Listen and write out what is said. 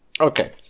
Okay